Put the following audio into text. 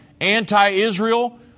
anti-Israel